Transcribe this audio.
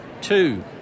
Two